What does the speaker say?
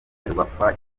ferwafa